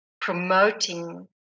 promoting